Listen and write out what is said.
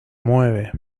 mueve